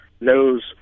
knows